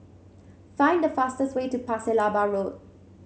find the fastest way to Pasir Laba Road